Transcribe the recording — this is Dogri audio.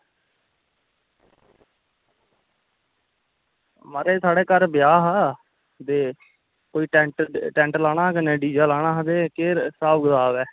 म्हाराज साढ़े घर ब्याह् हा ते कोई टैंट लाना हा ते कन्नै डीजे लाना हा ते केह् स्हाब कताब ऐ